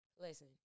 listen